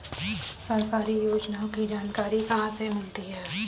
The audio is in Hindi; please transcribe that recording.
सरकारी योजनाओं की जानकारी कहाँ से मिलती है?